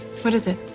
what is it?